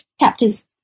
chapters